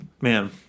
man